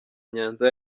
nyanza